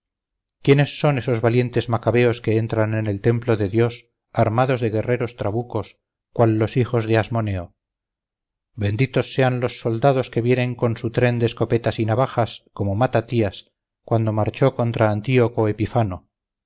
quiénes son esos valientes macabeos que entran en el templo de dios armados de guerreros trabucos cual los hijos de asmoneo benditos sean los soldados que vienen con su tren de escopetas y navajas como matatías cuando marchó contra antíoco epifano